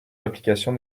d’application